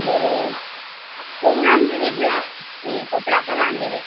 ବୋଲେ କେବେ ଆଣିଦେବେ ଡ୍ରେସ୍ ଇ କପଡ଼ା କେବେ ଆଣିଦେବେ